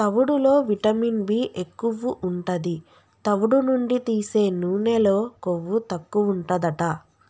తవుడులో vitamin B ఎక్కువు ఉంటది, తవుడు నుండి తీసే నూనెలో కొవ్వు తక్కువుంటదట